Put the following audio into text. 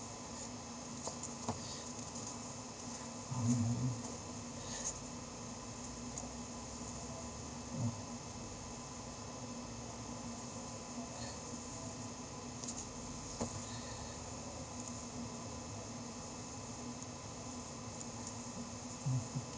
um mm mmhmm